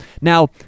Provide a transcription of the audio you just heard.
Now